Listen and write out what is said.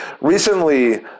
recently